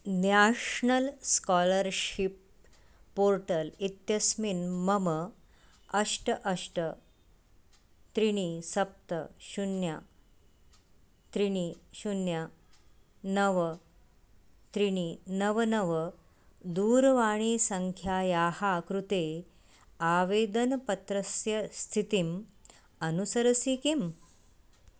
national scholarship portal इत्यस्मिन् मम अष्ट अष्ट त्रीणि सप्त शून्यं त्रीणि शून्यं नव त्रीणि नव नव दूरवाणीसङ्ख्यायाः कृते आवेदनपत्रस्य स्थितिम् अनुसरसि किम्